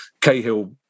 Cahill